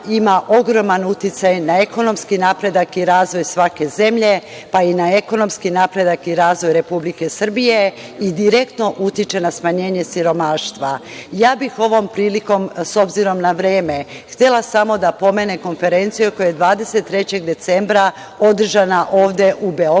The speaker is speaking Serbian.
ima ogroman uticaj na ekonomski napredak i razvoj svake zemlje pa i na ekonomski napredak i razvoj Republike Srbije i direktno utiče na smanjenje siromaštva. Ja bih ovom prilikom s obzirom na vreme, htela samo da pomenem konferenciju koja je 23. decembra održana ovde u Beogradu,